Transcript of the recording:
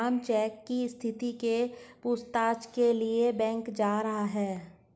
Shyam check की स्थिति के पूछताछ के लिए बैंक जा रहा है